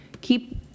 keep